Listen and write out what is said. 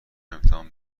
امتحان